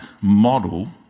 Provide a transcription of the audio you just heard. model